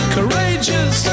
Courageous